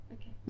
okay